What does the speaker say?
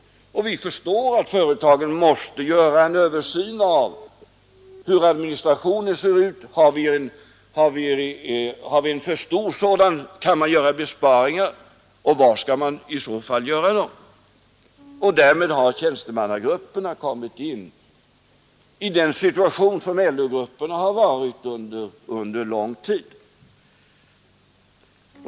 Vi förstår att företagen måste göra en översyn av hur administrationen ser ut. Har vi en för stor sådan? Kan man göra besparingar, och var skall man i så fall göra dem? Därmed har tjänstemannagrupperna kommit in i den situation som LO-grupperna har varit i under lång tid.